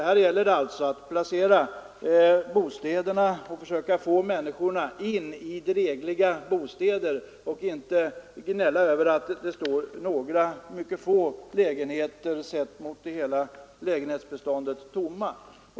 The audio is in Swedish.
Här gäller det att planera bostäderna och att försöka få drägliga bostäder till människorna. Då skall vi inte gnälla över att det står några få lägenheter tomma — sett mot bakgrund av hela lägenhetsbeståndet.